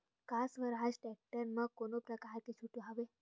का स्वराज टेक्टर म कोनो प्रकार के छूट हवय?